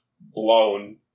blown